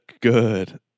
good